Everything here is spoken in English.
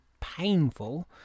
painful